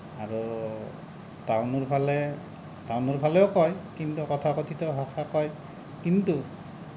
আৰু টাউনৰ ফালে টাউনৰ ফালেও কয় কিন্তু তথাকথিত ভাষা কয় কিন্তু